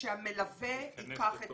שהמלווה ייקח את